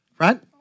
right